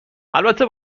البته